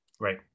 right